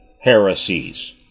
heresies